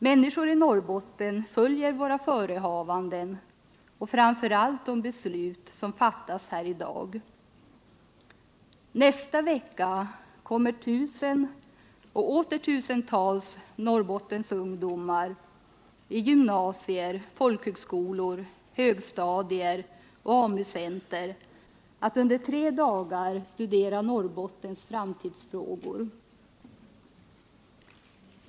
Människor i Norrbotten följer våra förehavanden och framför allt de beslut som fattas här i dag. Nästa vecka kommer tusentals Norrbottensungdomar i gymnasier och folkhögskolor, på högstadiet och i AMU-center att under tre dagar studera Norrbottens framtidsfrågor.